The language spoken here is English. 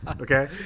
Okay